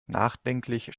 nachdenklich